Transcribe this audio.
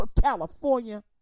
California